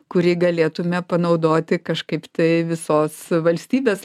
kurį galėtume panaudoti kažkaip tai visos valstybės